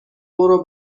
برو